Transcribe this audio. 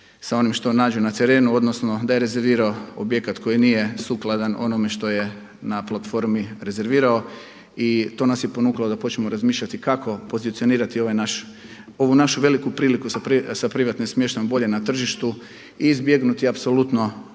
sa onim što nađe na terenu odnosno da je rezervirao objekat koji nije sukladan onome što je na platformi rezervirao i to nas je ponukalo da počnemo razmišljati kako pozicionirati ovu našu veliku priliku sa privatnim smještajem bolje na tržištu i izbjegnuti apsolutno